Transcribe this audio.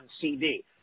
CD